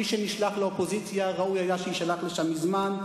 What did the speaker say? מי שנשלח לאופוזיציה, ראוי היה שיישלח לשם מזמן.